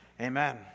Amen